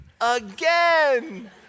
again